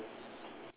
ya sure